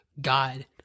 God